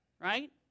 right